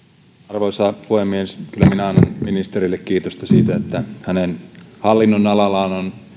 arvoisa puhemies kyllä minä annan ministerille kiitosta siitä että hänen hallinnonalallaan on